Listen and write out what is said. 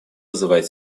вызывает